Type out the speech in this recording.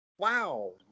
wow